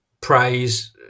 praise